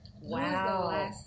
Wow